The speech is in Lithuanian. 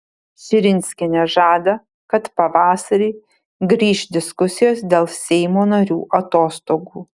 širinskienė žada kad pavasarį grįš diskusijos dėl seimo narių atostogų